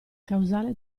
causale